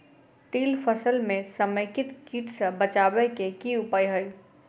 तिल फसल म समेकित कीट सँ बचाबै केँ की उपाय हय?